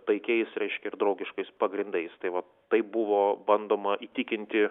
taikiais reiškia ir draugiškais pagrindais tai vat taip buvo bandoma įtikinti